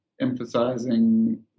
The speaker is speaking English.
emphasizing